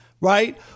right